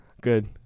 Good